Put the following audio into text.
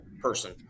person